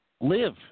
live